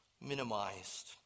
minimized